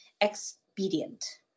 expedient